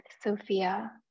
Sophia